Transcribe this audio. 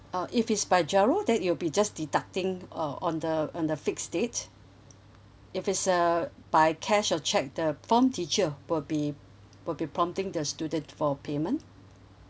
uh if it's by GIRO that it'll be just deducting uh on the on the fixed date if it's uh by cash or cheque the form teacher will be will be prompting the student for payment